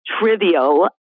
trivial